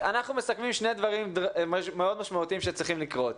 אנחנו מסכמים על שני דברים מאוד משמעותיים שצריכים לקרות.